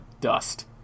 dust